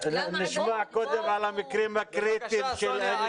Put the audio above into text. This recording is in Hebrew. בבקשה סוניה,